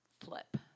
flip